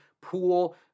Pool